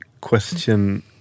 question